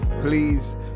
please